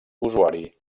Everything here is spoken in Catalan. usuari